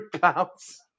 pounds